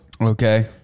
Okay